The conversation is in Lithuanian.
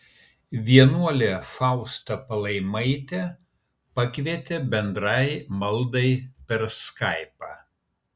vienuolė fausta palaimaitė pakvietė bendrai maldai per skaipą